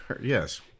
Yes